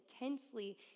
intensely